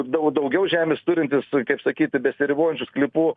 daug daugiau žemės turintis kaip sakyti besiribojančių sklypų